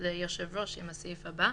ליושב-ראש עם הסעיף הבא,